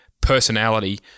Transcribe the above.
personality